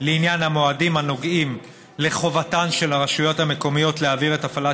לעניין המועדים הנוגעים לחובתן של הרשויות המקומיות להעביר את הפעלת